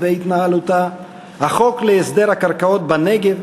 לעת עתה הכנסת התשע-עשרה צלחה את האתגר הראשון שעמד בפניה,